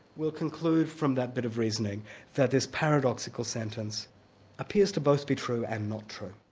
will conclude from that bit of reasoning that this paradoxical sentence appears to both be true and not true.